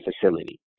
facility